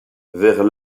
vers